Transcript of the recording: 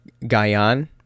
Gayan